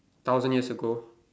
thousand years ago